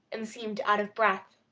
and seemed out of breath.